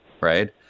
right